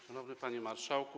Szanowny Panie Marszałku!